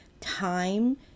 time